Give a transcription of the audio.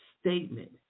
statement